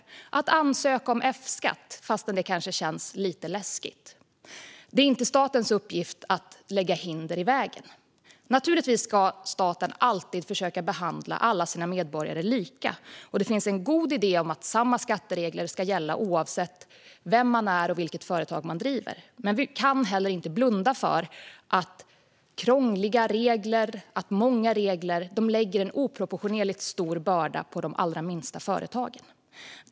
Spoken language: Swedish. Det handlar om att våga ansöka om F-skatt, fastän det kanske känns lite läskigt. Det är inte statens uppgift att lägga hinder i vägen. Naturligtvis ska staten alltid försöka behandla alla sina medborgare lika. Det finns en god idé om att samma skatteregler ska gälla oavsett vem man är och vilket företag man driver. Men vi kan heller inte blunda för att många och krångliga regler lägger en oproportionerligt stor börda på de allra minsta företagen.